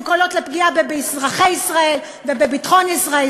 הם קולות לפגיעה באזרחי ישראל ובביטחון ישראל,